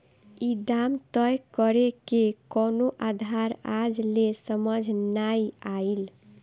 ई दाम तय करेके कवनो आधार आज ले समझ नाइ आइल